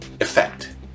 effect